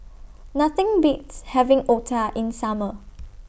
Nothing Beats having Otah in Summer